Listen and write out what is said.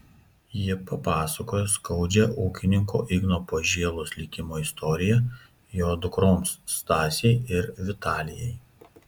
ji papasakojo skaudžią ūkininko igno požėlos likimo istoriją jo dukroms stasei ir vitalijai